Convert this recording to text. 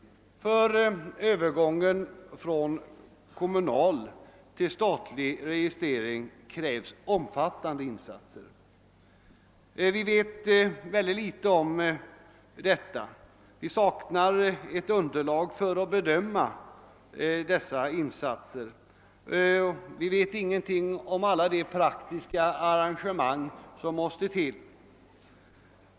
För övergåagen från kommunal ti!l statlig registrering krävs omfattande insatser. Vi vet mycket litet härom. Vi saknar underlag för att bedöma dessa insatser. Vi vet inget om alla de praktiska arrangemang som behövs.